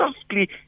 softly